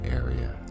area